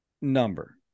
number